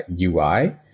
UI